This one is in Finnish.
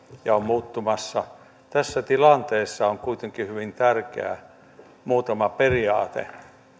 ja on muuttumassa tässä tilanteessa on kuitenkin hyvin tärkeää muutama periaate